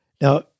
Now